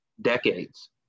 decades